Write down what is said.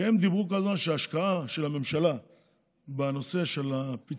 כי הם דיברו כל הזמן שההשקעה של הממשלה בנושא של הפיצויים